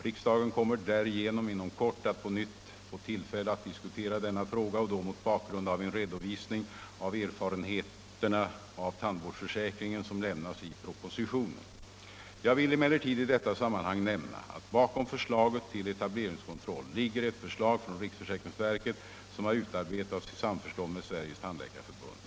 Riksdagen kommer därigenom inom kort att på nytt få tillfälle att diskutera denna fråga och då mot bakgrund av en redovisning av erfarenheterna av tandvårdsförsäkringen som lämnas i propositionen. Jag vill emellertid i detta sammanhang nämna att bakom förslaget till etableringskontroll ligger ett förslag från riksförsäkringsverket som har utarbetats i samförstånd med Sveriges tandläkarförbund.